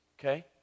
okay